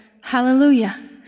Hallelujah